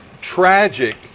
tragic